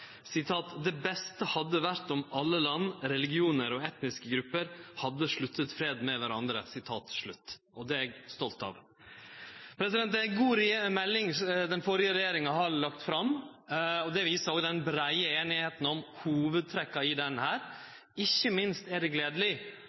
det beste hadde vore om alle land, religionar og etniske grupper hadde slutta fred med kvarandre. Det er eg stolt av. Det er ei god melding den førre regjeringa har lagt fram. Det viser òg den breie einigheita her om hovudtrekka i ho. Ikkje minst er det